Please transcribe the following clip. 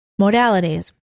modalities